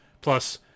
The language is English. plus